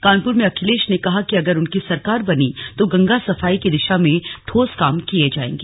कानपुर में अखिलेश ने कहा कि अगर उनकी सरकार बनी तो गंगा सफाई की दिशा में ठोस काम किए जाएंगे